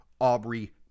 Aubrey